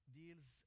deals